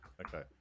okay